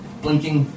blinking